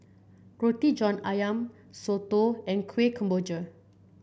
Roti John ayam soto and Kueh Kemboja